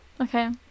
Okay